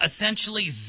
essentially